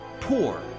poor